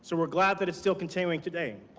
so we're glad that it's still continuing today.